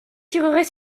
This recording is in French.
tireraient